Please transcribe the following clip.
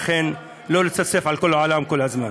אכן, לא לצפצף על כל העולם כל הזמן.